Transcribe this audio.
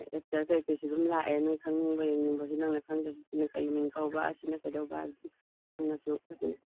actor ꯀꯩ ꯀꯩꯁꯨ ꯑꯗꯨꯝ ꯂꯥꯛꯑꯦ ꯅꯣꯏ ꯈꯪꯅꯤꯡꯕ ꯌꯦꯡꯅꯤꯡꯕꯁꯨ ꯅꯪꯅ ꯈꯪꯗꯕꯁꯤꯅ ꯀꯔꯤ ꯃꯤꯡ ꯀꯧꯕ ꯁꯤꯅ ꯀꯩꯗꯧꯕ ꯍꯥꯏꯕꯗꯨ ꯍꯪꯉꯁꯨ ꯑꯗꯨꯝ